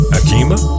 akima